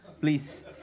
please